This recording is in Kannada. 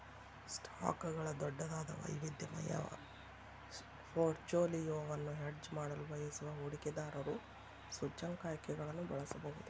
ಸ್ಟಾಕ್ಗಳ ದೊಡ್ಡದಾದ, ವೈವಿಧ್ಯಮಯ ಪೋರ್ಟ್ಫೋಲಿಯೊವನ್ನು ಹೆಡ್ಜ್ ಮಾಡಲು ಬಯಸುವ ಹೂಡಿಕೆದಾರರು ಸೂಚ್ಯಂಕ ಆಯ್ಕೆಗಳನ್ನು ಬಳಸಬಹುದು